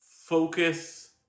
focus